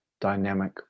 dynamic